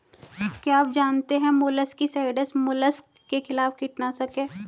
क्या आप जानते है मोलस्किसाइड्स मोलस्क के खिलाफ कीटनाशक हैं?